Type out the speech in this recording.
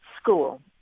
school